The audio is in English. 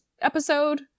episode